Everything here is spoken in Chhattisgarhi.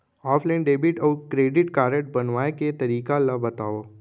ऑफलाइन डेबिट अऊ क्रेडिट कारड बनवाए के तरीका ल बतावव?